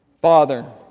Father